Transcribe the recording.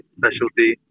specialty